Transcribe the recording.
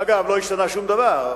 אגב, לא השתנה שום דבר.